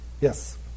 Yes